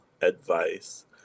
advice